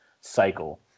cycle